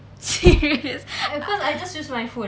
serious